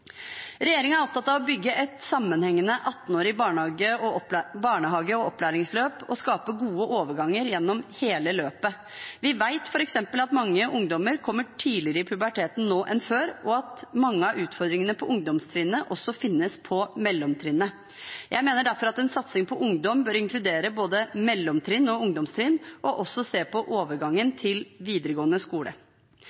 er opptatt av å bygge et sammenhengende 18-årig barnehage- og opplæringsløp og skape gode overganger gjennom hele løpet. Vi vet f.eks. at mange ungdommer kommer tidligere i puberteten nå enn før, og at mange av utfordringene på ungdomstrinnet også finnes på mellomtrinnet. Jeg mener derfor at en satsing på ungdom bør inkludere både mellomtrinnet og ungdomstrinnet og også se på overgangen